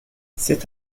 c’est